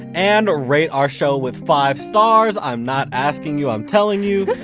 and rate our show with five stars! i'm not asking you, i'm telling you,